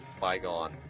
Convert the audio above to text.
bygone